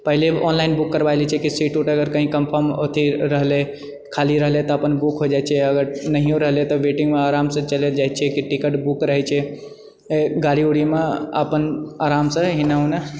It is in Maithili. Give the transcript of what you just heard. पहिले ऑनलाइन बुक करबाय लए छिऐ कि सीट उट अगर कही कन्फर्म अथी रहलै खाली रहलै तऽ अपन बुक हो जाइत छै अगर नहिओ रहलै तऽ वेटिङ्गमे आरामसँ चलि जाइत छिऐ कि टिकट बुक रहैत छै गाड़ी उड़ीमे अपन आरामसँ एनऽ ओनऽ